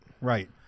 Right